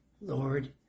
Lord